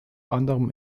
anderem